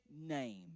name